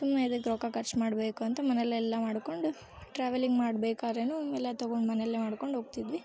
ಸುಮ್ಮನೆ ಎದಕ್ ರೊಕ್ಕ ಖರ್ಚು ಮಾಡಬೇಕು ಅಂತ ಮನೆಯಲ್ಲೆಲ್ಲ ಮಾಡಿಕೊಂಡು ಟ್ರಾವೆಲಿಂಗ್ ಮಾಡ್ಬೇಕಾದ್ರೆಯೂ ಅವನ್ನೆಲ್ಲ ತೊಗೊಂಡು ಮನೆಯಲ್ಲೇ ಮಾಡ್ಕೊಂಡು ಹೋಗ್ತಿದ್ವಿ